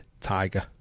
Tiger